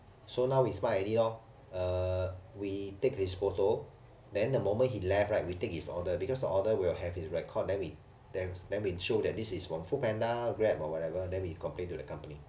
so now we smart already lor uh we take his photo then the moment he left right we take his order because the order will have his record then we then we show that this is from foodpanda grab or whatever then we complain to the company